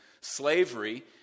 slavery